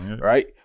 right